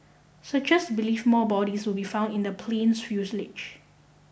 searchers believe more bodies will be found in the plane's fuselage